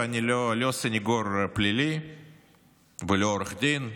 ואני לא סנגור פלילי ולא עורך דין,